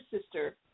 sister